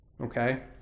Okay